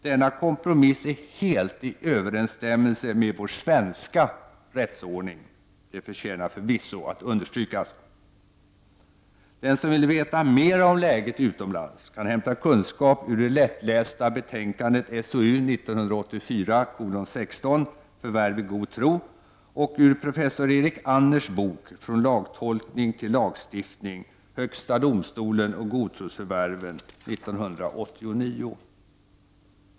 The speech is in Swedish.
Denna kompromiss är helt i överensstämmelse med vår svenska rättsordning; det förtjänar förvisso att understrykas. Den som vill veta mera om läget utomlands kan hämta kunskap ur det lättlästa betänkandet SOU 1984:16 Förvärv i god tro och ur professor Erik Anners bok Från lagtolkning till lagstiftning; Högsta domstolen och godtrosförvärven, 1989.